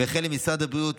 וכן למשרד הבריאות,